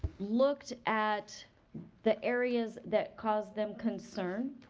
looked at the areas that caused them concern,